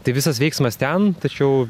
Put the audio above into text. tai visas veiksmas ten tačiau